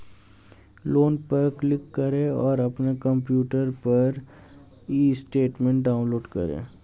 loan पर click करें और अपने कंप्यूटर पर ई स्टेटमेंट डाउनलोड करें